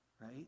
right